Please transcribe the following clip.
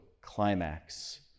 climax